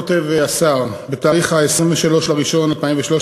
וכך כותב השר: בתאריך 23 באוקטובר 2013,